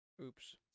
Oops